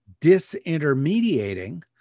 disintermediating